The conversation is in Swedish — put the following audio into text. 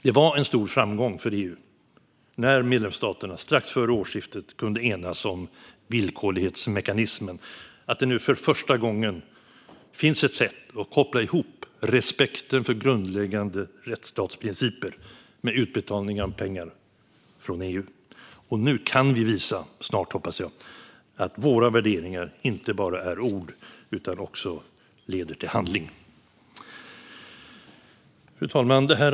Det var en stor framgång för EU när medlemsstaterna strax före årsskiftet kunde enas om villkorlighetsmekanismen och att det nu för första gången finns ett sätt att koppla ihop respekten för grundläggande rättsstatsprinciper med utbetalning av pengar från EU. Nu hoppas jag att vi snart kan visa att våra värderingar inte bara är ord utan också leder till handling.